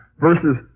versus